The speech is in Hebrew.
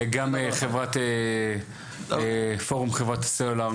גם פורום חברות הסלולר.